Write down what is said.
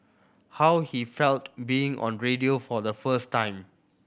how he felt being on radio for the first time